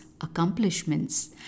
accomplishments